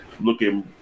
looking